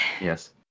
Yes